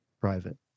private